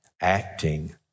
acting